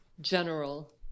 general